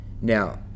Now